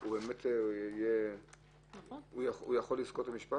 הוא יוכל לזכות במשפט?